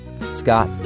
Scott